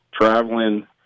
traveling